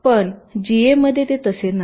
पण जीएमध्ये ते तसे नाही